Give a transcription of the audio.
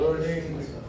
learning